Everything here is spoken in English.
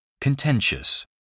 Contentious